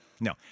no